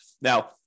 Now